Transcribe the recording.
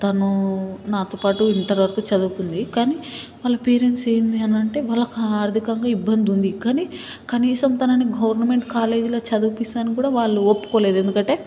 తను నాతోపాటు ఇంటర్ వరకు చదువుకుంది కానీ వాళ్ళ పేరెంట్స్ ఏంది అని అంటే వాళ్ళకి ఆర్థికంగా ఇబ్బంది ఉంది కానీ కనీసం తనని గవర్నమెంట్ కాలేజ్లో చదివించడానికి కూడా వాళ్ళు ఒప్పుకోలేదు ఎందుకంటే